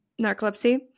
narcolepsy